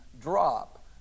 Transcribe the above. drop